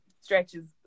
stretches